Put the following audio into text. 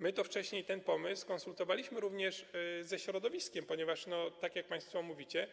My wcześniej ten pomysł konsultowaliśmy również ze środowiskiem, ponieważ, tak jak państwo mówicie,